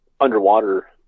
underwater